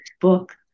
book